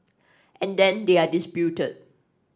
and then they are disputed